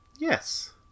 Yes